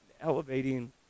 elevating